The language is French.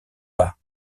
pas